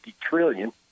trillion